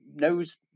knows